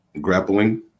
grappling